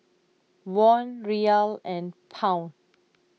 Won Riyal and Pound